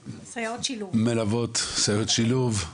מלוות, סייעות שילוב,